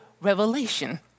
revelation